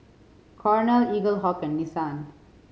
Cornell Eaglehawk and Nissan